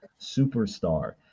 superstar